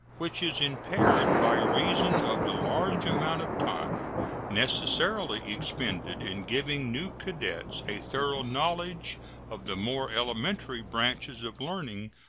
which is impaired by reason of the large amount of time necessarily expended in giving new cadets a thorough knowledge of the more elementary branches of learning,